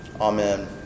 Amen